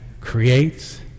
creates